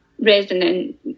resonant